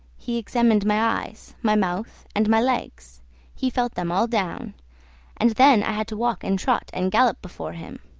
he examined my eyes, my mouth, and my legs he felt them all down and then i had to walk and trot and gallop before him.